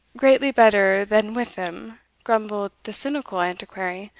greatly better than with them, grumbled the cynical antiquary.